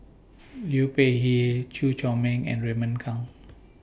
Liu Peihe Chew Chor Meng and Raymond Kang